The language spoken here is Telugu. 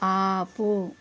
ఆపు